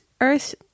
Earth